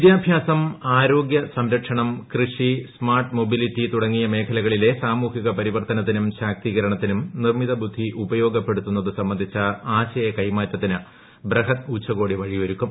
വിദ്യാഭ്യാസം ആരോഗ്യ സംരക്ഷണം കൃഷി സ്മാർട്ട് മൊബിലിറ്റി തുടങ്ങിയ മേഖലകളിലെ സാമൂഹിക പരിവർത്തനത്തിനും ശാക്തീകരണത്തിനും നിർമിതബുദ്ധി ഉപയോഗപ്പെടുത്തുന്നത് സംബന്ധിച്ച ആശയ കൈമാറ്റത്തിന് ബ്രഹത് ഉച്ചകോടി വഴിയൊരുക്കും